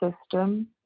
system